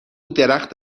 درخت